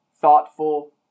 thoughtful